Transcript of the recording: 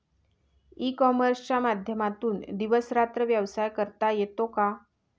E कॉमर्सच्या माध्यमातून दिवस रात्र व्यवसाय करता येतो का?